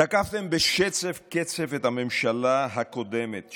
תקפתם בשצף קצף את הממשלה הקודמת,